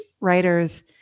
writers